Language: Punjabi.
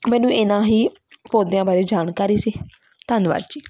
ਮੈਨੂੰ ਇਨ੍ਹਾਂ ਹੀ ਪੌਦਿਆਂ ਬਾਰੇ ਜਾਣਕਾਰੀ ਸੀ ਧੰਨਵਾਦ ਜੀ